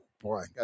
Boy